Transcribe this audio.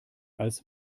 als